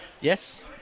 Yes